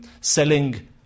selling